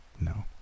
No